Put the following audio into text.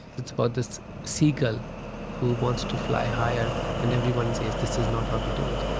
it's about this seagull who wants to fly higher. and everyone says, this is not how we do it.